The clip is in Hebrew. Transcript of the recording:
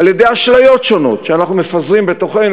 על-ידי אשליות שונות שאנחנו מפזרים בתוכנו,